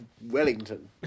Wellington